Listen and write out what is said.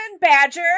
badger